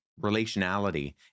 relationality